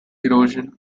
erosion